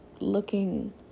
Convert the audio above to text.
looking